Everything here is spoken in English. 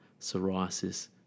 psoriasis